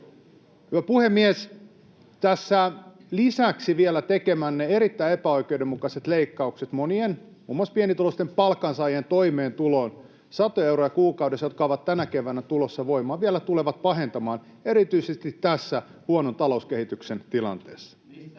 Puhemies! Tässä lisäksi tekemänne erittäin epäoikeudenmukaiset leikkaukset monien, muun muassa pienituloisten palkansaajien, toimeentuloon, satoja euroja kuukaudessa, jotka ovat tänä keväänä tulossa voimaan, vielä tulevat pahentamaan erityisesti tässä huonon talouskehityksen tilanteessa.